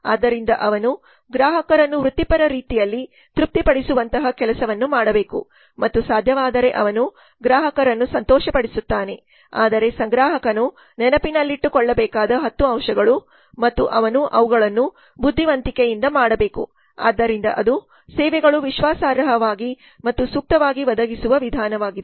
ಆದ್ದರಿಂದ ಅವನು ಗ್ರಾಹಕರನ್ನು ವೃತ್ತಿಪರ ರೀತಿಯಲ್ಲಿ ತೃಪ್ತಿಪಡಿಸುವಂತಹ ಕೆಲಸವನ್ನು ಮಾಡಬೇಕು ಮತ್ತು ಸಾಧ್ಯವಾದರೆ ಅವನು ಗ್ರಾಹಕರನ್ನು ಸಂತೋಷಪಡಿಸುತ್ತಾನೆ ಆದರೆ ಸಂಗ್ರಾಹಕನು ನೆನಪಿನಲ್ಲಿಟ್ಟುಕೊಳ್ಳಬೇಕಾದ 10 ಅಂಶಗಳು ಮತ್ತು ಅವನು ಅವುಗಳನ್ನು ಬುದ್ಧಿವಂತಿಕೆಯಿಂದ ಮಾಡಬೇಕು ಆದ್ದರಿಂದ ಅದು ಸೇವೆಗಳು ವಿಶ್ವಾಸಾರ್ಹವಾಗಿ ಮತ್ತು ಸೂಕ್ತವಾಗಿ ಒದಗಿಸುವ ವಿಧಾನವಾಗಿದೆ